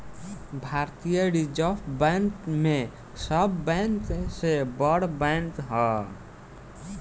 भारतीय reserve bank सब bank से बड़ बैंक ह